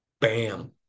Bam